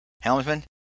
helmsman